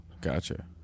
Gotcha